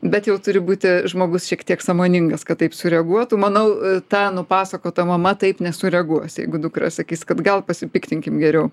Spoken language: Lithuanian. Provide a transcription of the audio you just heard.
bet jau turi būti žmogus šiek tiek sąmoningas kad taip sureaguotų manau ta nupasakota mama taip nesureaguos jeigu dukra sakys kad gal pasipiktinkit geriau